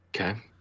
Okay